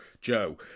Joe